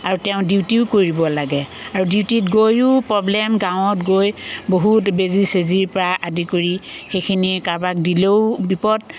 আৰু তেওঁ ডিউটিও কৰিব লাগে আৰু ডিউটিত গৈও প্ৰব্লেম গাঁৱত গৈ বহুত বেজী চেজীৰ পৰা আদি কৰি সেইখিনি কাৰ'বাক দিলেও বিপদ